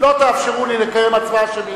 לא תאפשרו לי לקיים הצבעה שמית,